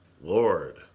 Lord